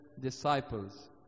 disciples